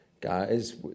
guys